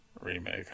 remake